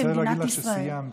במדינת ישראל.